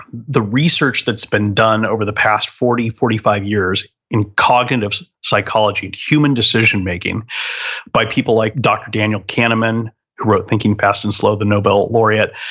the research that's been done over the past forty forty five years in cognitive psychology, human decision making by people like dr. daniel cameraman who wrote thinking fast and slow, the nobel laureate,